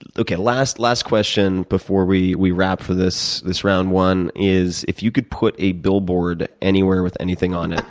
okay. last last question before we we wrap for this this round one is if you could put a billboard anywhere with anything on it,